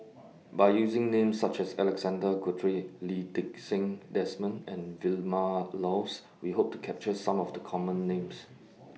By using Names such as Alexander Guthrie Lee Ti Seng Desmond and Vilma Laus We Hope to capture Some of The Common Names